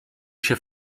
się